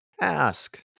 Ask